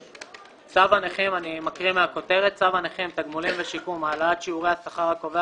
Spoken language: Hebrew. צו הנכים (תגמולים ושיקום)(העלאת שיעורי השכר הקובע